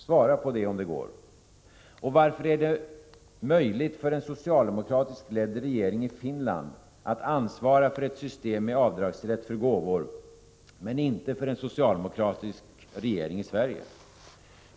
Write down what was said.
Svara på de frågorna om det går! Och varför är det möjligt för en socialdemokratiskt ledd regering i Finland att ansvara för ett system med avdragsrätt för gåvor medan det inte är möjligt för en socialdemokratisk regering i Sverige?